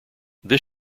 this